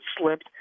slipped